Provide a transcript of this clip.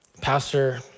pastor